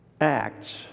acts